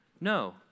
No